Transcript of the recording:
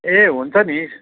ए हुन्छ नि